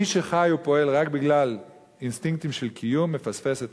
מי שחי ופועל רק בגלל אינסטינקטים של קיום מפספס את